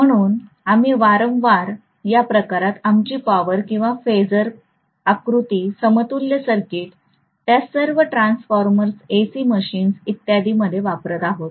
म्हणून आम्ही वारंवार या प्रकारात आमची पॉवर किंवा फेजर आकृती समतुल्य सर्किट त्या सर्व ट्रान्सफॉर्मर्स एसी मशीन्स इत्यादी मध्ये वापरत आहोत